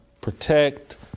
protect